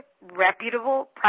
reputable